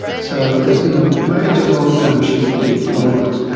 so there's been a major long-term shift in employment,